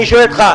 אני שואל אותך,